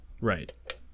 Right